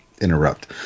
interrupt